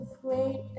great